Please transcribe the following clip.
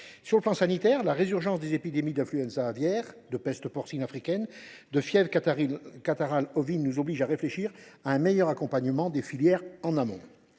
Sur le plan sanitaire, la résurgence des épidémies d’influenza aviaire, de peste porcine africaine, de fièvre catarrhale ovine nous oblige à réfléchir à un meilleur accompagnement des filières en amont.